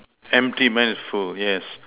empty mine is full yes